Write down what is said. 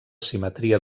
simetria